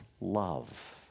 love